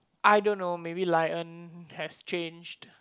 I don't know maybe Lye-En has change